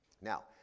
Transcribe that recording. Now